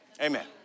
Amen